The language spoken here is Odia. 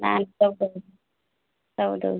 ନା ଦେବ ସବୁ ଦଉଛି